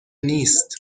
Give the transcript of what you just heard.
نیست